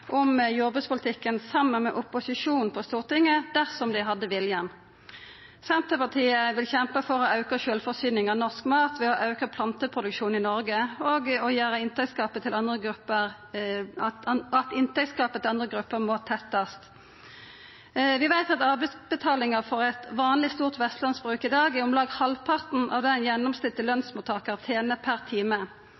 om jordbrukspolitikken saman med opposisjonen på Stortinget dersom dei hadde viljen. Senterpartiet vil kjempa for å auka sjølvforsyninga av norsk mat ved å auka planteproduksjonen i Noreg og vil også kjempa for at inntektsgapet til andre grupper må tettast. Vi veit at arbeidsbetalinga for eit vanleg stort vestlandsbruk i dag er om lag halvparten av